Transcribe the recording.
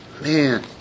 Man